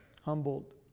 humbled